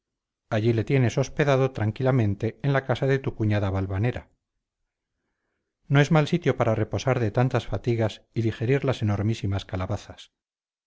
allí le tienes hospedado tranquilamente en la casa de tu cuñada valvanera no es mal sitio para reposar de tantas fatigas y digerir las enormísimas calabazas